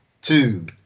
two